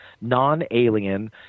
non-alien